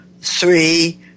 three